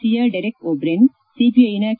ಸಿಯ Derek O'Brien ಸಿಪಿಐನ K